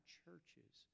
churches